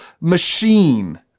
machine